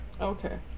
Okay